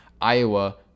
Iowa